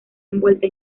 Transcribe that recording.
envuelta